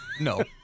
no